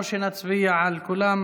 או שנצביע על כולן?